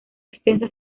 extensa